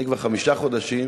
אני כבר חמישה חודשים,